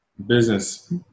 Business